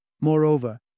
Moreover